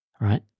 Right